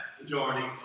majority